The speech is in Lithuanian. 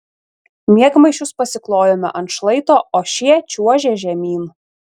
miegmaišius pasiklojome ant šlaito o šie čiuožė žemyn